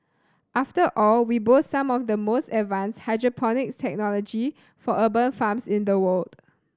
after all we boast some of the most advanced hydroponics technology for urban farms in the world